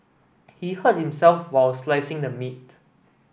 he hurt himself while slicing the meat